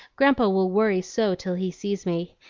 grandpa will worry so till he sees me,